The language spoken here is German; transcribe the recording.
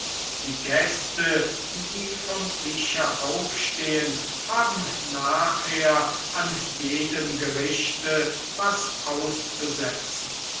die gäste die vom tische aufstehen haben nachher an jedem gerichte was auszusetzen